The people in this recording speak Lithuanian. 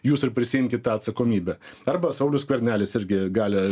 jūs ir prisiimkit tą atsakomybę arba saulius skvernelis irgi gali